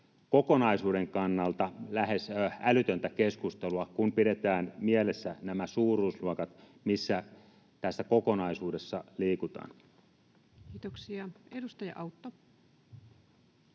kokonaisuuden kannalta lähes älytöntä keskustelua, kun pidetään mielessä nämä suuruusluokat, missä tässä kokonaisuudessa liikutaan. [Speech 253]